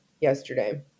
yesterday